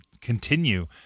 continue